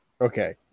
Okay